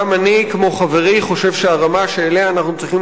גם אני כמו חברי חושב שהרמה שאנחנו צריכים